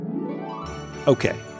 okay